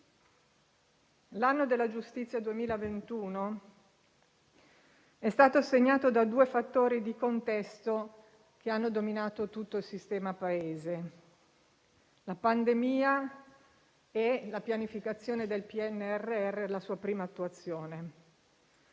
L'anno della giustizia 2021 è stato segnato da due fattori di contesto che hanno dominato tutto il sistema Paese: la pandemia e la pianificazione del PNRR con la sua prima attuazione,